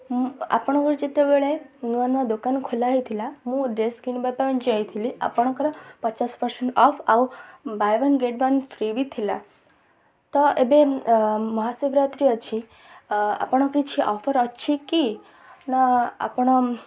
ମୁଁ ଆପଣଙ୍କର ଯେତେବେଳେ ନୂଆ ନୂଆ ଦୋକାନ ଖୋଲା ହେଇଥିଲା ମୁଁ ଡ୍ରେସ୍ କିଣିବା ପାଇଁ ଯାଇଥିଲି ଆପଣଙ୍କର ପଚାଶ ପରସେଣ୍ଟ୍ ଅଫ୍ ଆଉ buy one get one free ବି ଥିଲା ତ ଏବେ ମହାଶିବରାତ୍ରି ଅଛି ଆପଣଙ୍କର କିଛି ଅଫର୍ ଅଛି କି ନା ଆପଣ